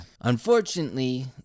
Unfortunately